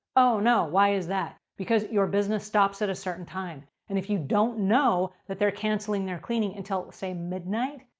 oh no. why is that? because your business stops at a certain time. and if you don't know that they're canceling their cleaning until say midnight,